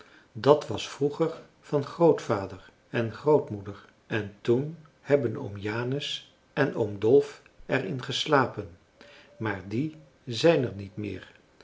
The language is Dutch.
dat was vroeger van grootvader en grootmoeder en toen hebben oom janus en oom dolf er in geslapen maar die zijn er niet meer